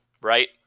right